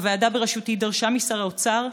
הוועדה בראשותי דרשה משר האוצר,